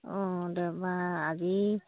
অঁ দেওবাৰ আজি